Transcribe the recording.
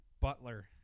Butler